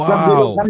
Wow